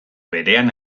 berean